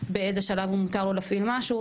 באיזה שלב מותר לו להפעיל משהו,